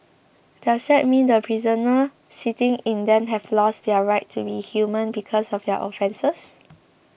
does that mean the prisoners sitting in them have lost their right to be human because of their offences